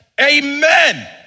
amen